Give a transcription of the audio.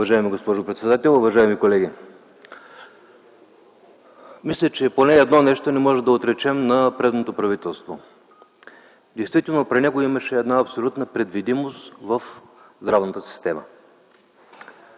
Уважаема госпожо председател, уважаеми колеги! Мисля, че поне едно нещо не можем да отречем на предното правителство – действително при него имаше абсолютна предвидимост в здравната система.